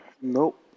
nope